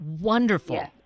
Wonderful